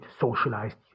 socialized